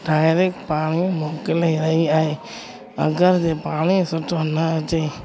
direct पाणी मोकिले रही आहे अगरि जीअं पाणी सुठो न अचे